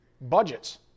budgets